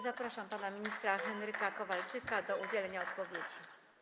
Zapraszam pana ministra Kowalczyka do udzielenia odpowiedzi.